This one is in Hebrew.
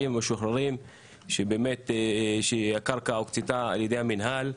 המשוחררים שהקרקע הוקצתה על ידי המינהל,